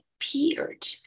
appeared